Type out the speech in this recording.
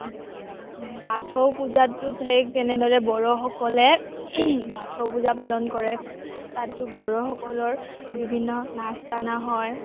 বাথৌ পূজাতো সেই তেনেদৰে বড়োসকলে বাথৌ পূজা পালন কৰে তাতো বড়োসকলৰ বিভিন্ন নাচ গানা হয়